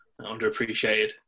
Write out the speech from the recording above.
underappreciated